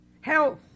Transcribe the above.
health